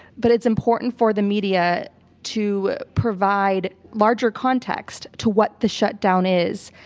but it's important for the media to provide larger context to what the shutdown is,